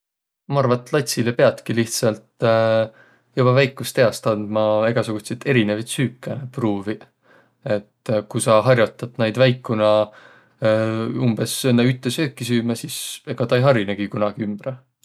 Ma arva, et latsilõ piätki lihtsält joba väikust iäst andma egäsugutsit erinevit süüke pruuviq. Et ku sa har'otat näid väikuna umbõs õnnõ ütte süüki süümä, sis ega tä ei harinõgi kunagi ümbre.